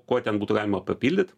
kuo ten būtų galima papildyt